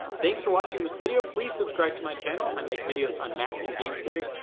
thanks for watching this video. please subscribe to my channel. i make videos on math and game theory.